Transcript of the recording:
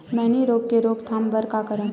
मैनी रोग के रोक थाम बर का करन?